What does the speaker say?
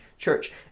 church